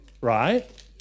right